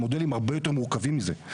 המודלים הרבה יותר מורכבים מזה.